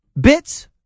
bits